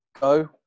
go